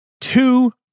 Two